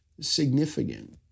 significant